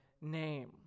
name